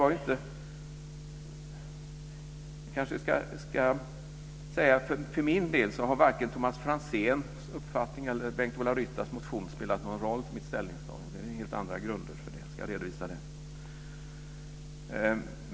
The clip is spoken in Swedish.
Jag kan säga att för min del har varken Thomas Franzéns uppfattning eller Bengt-Ola Ryttars motion spelat någon roll för mitt ställningstagande. Jag har helt andra grunder för det, och jag ska redovisa det.